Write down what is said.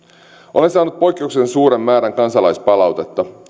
olen saanut poikkeuksellisen suuren määrän kansalaispalautetta